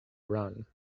run